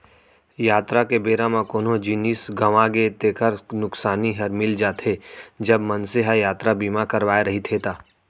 यातरा के बेरा म कोनो जिनिस गँवागे तेकर नुकसानी हर मिल जाथे, जब मनसे ह यातरा बीमा करवाय रहिथे ता